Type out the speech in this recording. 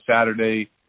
Saturday